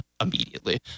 immediately